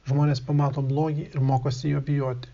žmonės pamato blogį ir mokosi jo bijoti